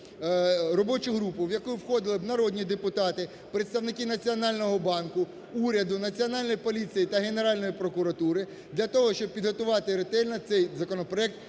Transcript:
робочу групу, в яку б входили народні депутати, представники Національного банку, уряду, Національної поліції та Генеральної прокуратури для того, щоб підготувати ретельно цей законопроект